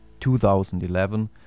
2011